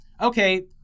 okay